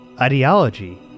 ideology